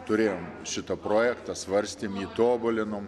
turėjom šitą projektą svarstėm jį tobulinom